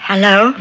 Hello